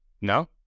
No